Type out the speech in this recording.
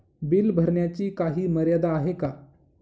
Bill भरण्याची काही मर्यादा आहे का?